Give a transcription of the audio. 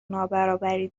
نابرابری